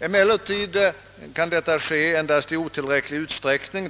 Emellertid kan detta ske endast i otillräcklig utsträckning.